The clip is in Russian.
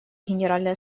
генеральной